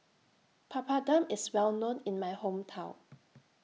Papadum IS Well known in My Hometown